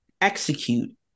execute